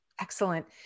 Excellent